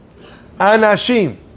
Anashim